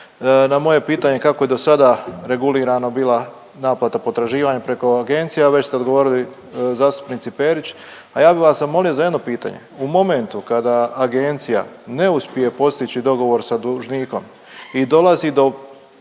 Na moje pitanje kako je do sada regulirana bila naplata potraživanja preko agencija, već ste odgovorili zastupnici Perić, a ja bih vas zamolio za jedno pitanje. U momentu kada agencija ne uspije postići dogovor sa dužnikom i dolazi do